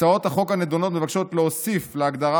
הצעות החוק הנדונות מבקשות להוסיף להגדרה